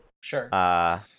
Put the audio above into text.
Sure